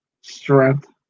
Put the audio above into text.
strength